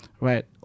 right